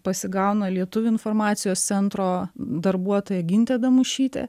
pasigauna lietuvių informacijos centro darbuotoja gintė damušytė